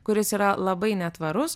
kuris yra labai netvarus